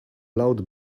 loud